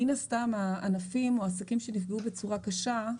מן הסתם הענפים או העסקים שנפגעו בצורה קשה,